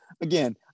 Again